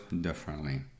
differently